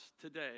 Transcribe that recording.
today